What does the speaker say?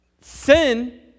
sin